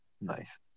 Nice